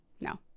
No